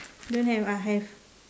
don't have ah have